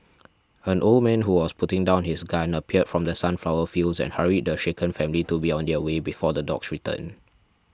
an old man who was putting down his gun appeared from the sunflower fields and hurried the shaken family to be on their way before the dogs return